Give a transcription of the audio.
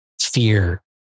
fear